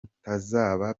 utazaba